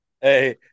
Hey